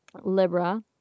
Libra